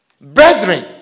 Brethren